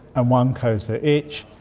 one codes for itch.